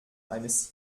eines